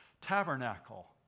tabernacle